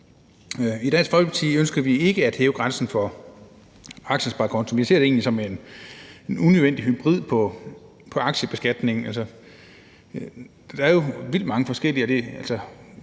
I Dansk Folkeparti ønsker vi ikke at hæve grænsen for aktiesparekontoen. Vi ser det egentlig som en unødvendig hybrid i forhold til aktiebeskatningen. Der er jo vildt mange forskellige regler